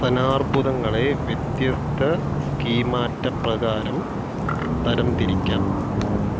സ്തനാർബുദങ്ങളെ വ്യത്യസ്ത സ്കീമാറ്റ പ്രകാരം തരം തിരിക്കാം